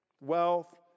wealth